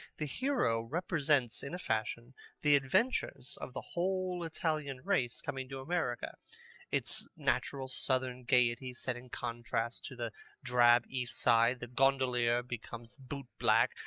the hero represents in a fashion the adventures of the whole italian race coming to america its natural southern gayety set in contrast to the drab east side. the gondolier becomes boot-black.